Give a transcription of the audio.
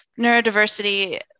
neurodiversity